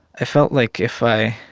i felt like if i